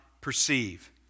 perceive